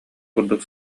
курдук